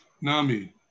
Nami